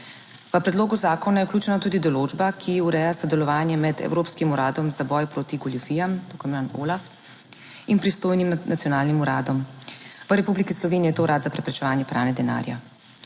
V predlogu zakona je vključena tudi določba, ki ureja sodelovanje med Evropskim uradom za boj proti goljufijam, tako imenovani OLAF in pristojnim nacionalnim uradom, v Republiki Sloveniji je to Urad za preprečevanje pranja denarja.